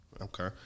Okay